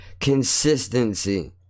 consistency